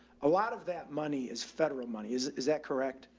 a lot of that money is federal money. is is that correct?